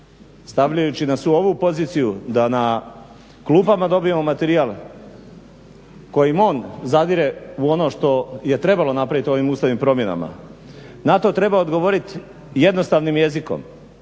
stavljajući nas u ovu poziciju da na klupama dobijemo materijal kojim on zadire u ono što je trebalo napraviti ovim ustavnim promjenama, na to treba odgovoriti jednostavnim jezikom.